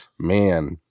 Man